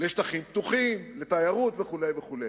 לשטחים פתוחים, לתיירות וכו'.